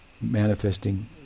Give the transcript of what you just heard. manifesting